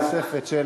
להבעת דעה נוספת של